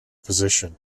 position